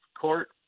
court